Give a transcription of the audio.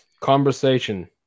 Conversation